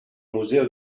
museo